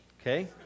okay